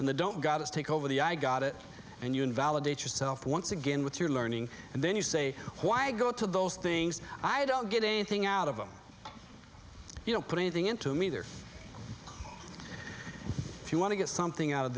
in the don't gotta take over the i got it and you invalidate yourself once again with your learning and then you say why go to those things i don't get anything out of you know put anything into me either if you want to get something out of